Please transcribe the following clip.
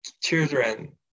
children